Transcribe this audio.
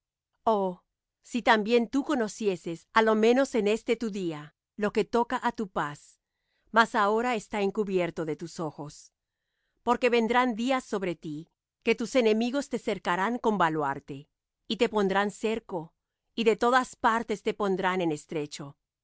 oh si también tú conocieses á lo menos en este tu día lo que toca á tu paz mas ahora está encubierto de tus ojos porque vendrán días sobre ti que tus enemigos te cercarán con baluarte y te pondrán cerco y de todas partes te pondrán en estrecho